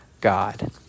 God